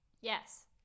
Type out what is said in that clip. Yes